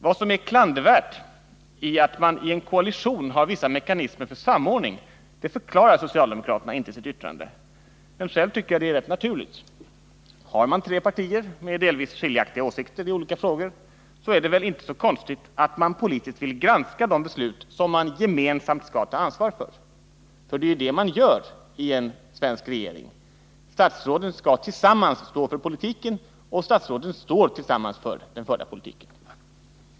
Vad som är klandervärt i att man i en koalition har vissa mekanismer för samordning, det förklarar socialdemokraterna inte i sitt yttrande. Själv tycker jag att det är rätt naturligt att man har sådana mekanismer. Här rör det sig om tre partier med delvis skiljaktiga åsikter i olika frågor, och då är det väl inte så konstigt att man politiskt vill granska de beslut som man gemensamt skall ta ansvar för. I en svensk regering skall statsråden tillsammans stå för politiken.